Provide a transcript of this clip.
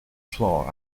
floor